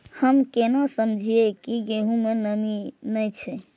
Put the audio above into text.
हम केना समझये की गेहूं में नमी ने छे?